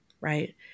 right